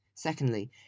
Secondly